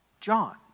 John